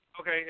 Okay